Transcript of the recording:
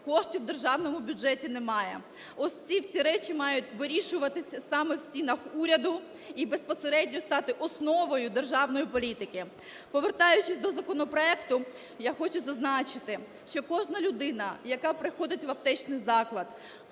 коштів в державному бюджеті немає. Ось ці всі речі мають вирішуватися саме в стінах уряду і безпосередньо стати основою державної політики. Повертаючись до законопроекту, я хочу зазначити, що кожна людина, яка приходить в аптечний заклад,